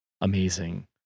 amazing